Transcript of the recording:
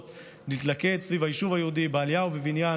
להתלכד סביב היישוב היהודי בעלייה ובבניין,